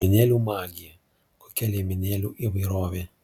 liemenėlių magija kokia liemenėlių įvairovė